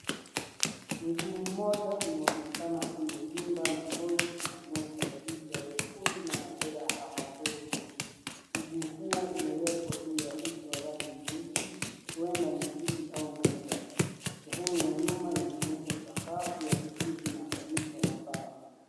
Mguu mmoja unaonekana umevimba na ngozi inaonyesha dalili ya wepundu na majeraha madogo. Mguu huu umewekwa juu ya uso wa rangi nyeusi, huenda ni kiti au meza. Sehemu ya nyuma inaonyesha sakafu ya kijivu na furniture ya mbao.